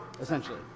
essentially